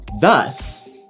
Thus